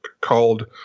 called